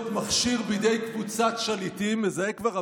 מכשיר בידי קבוצת שליטים" מזהה כבר,